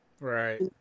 right